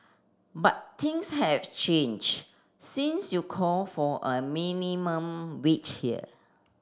but things have change since you call for a minimum wage here